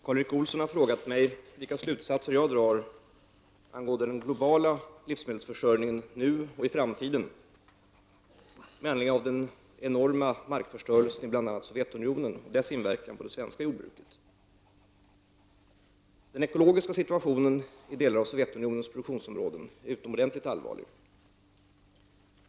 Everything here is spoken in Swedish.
Herr talman! Karl Erik Olsson har frågat mig vilka slutsatser jag drar angående den globala livsmedelsförsörjningen nu och i framtiden med anledning av den enorma markförstörelsen i bl.a. Sovjetunionen och dess inverkan på det svenska jordbruket. Den ekologiska situationen i delar av Sovjetunionens produktionsområden är utomordentligt allvarlig.